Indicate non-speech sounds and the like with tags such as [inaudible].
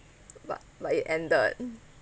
but but it ended [noise]